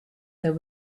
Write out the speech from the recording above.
there